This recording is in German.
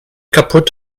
kaputt